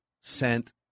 sent